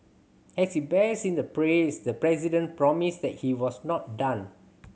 as he basked in the praise the president promised that he was not done